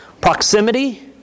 Proximity